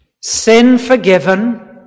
sin-forgiven